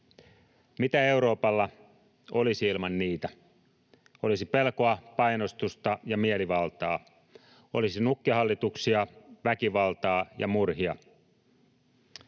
Mitä Euroopalla olisi ilman niitä? Olisi pelkoa, painostusta ja mielivaltaa. Olisi nukkehallituksia, väkivaltaa ja murhia.